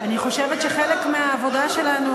אני חושבת שחלק מהעבודה שלנו,